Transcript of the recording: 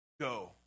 go